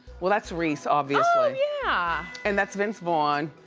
well, that's reese, obviously. oh, yeah. and that's vince vaughn,